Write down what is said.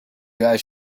guys